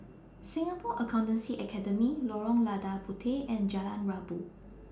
Singapore Accountancy Academy Lorong Lada Puteh and Jalan Rabu